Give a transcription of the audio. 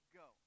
go